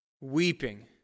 Weeping